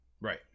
Right